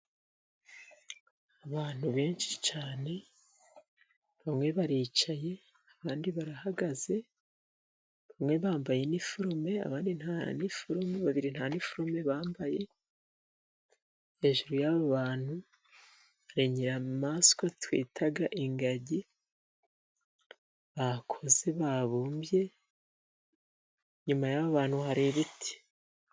Abantu benshi cyane bamwe baricaye abandi barahagaze, bamwe bambaye iniforume abandi nta iniforume bambaye, hejuru y'aba bantu hari inyamaswa twita ingagi bakoze, babumbye, inyuma y'aba bantu hari ibiti.